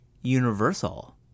universal